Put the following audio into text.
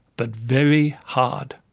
but very hard.